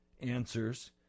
answers